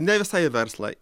ne visai į verslą